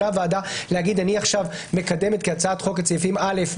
יכולה הוועדה להגיד: אני עכשיו מקדמת כהצעת חוק את סעיפים א',